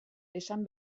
esan